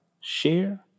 share